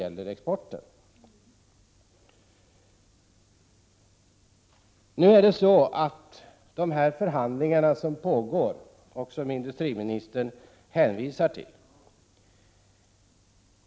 Sedan några ord om de förhandlingar som pågår, och som industriministern hänvisar till.